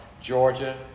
Georgia